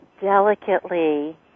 delicately